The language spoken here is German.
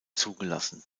zugelassen